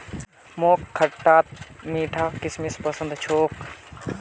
मोक खटता मीठा किशमिश पसंद छोक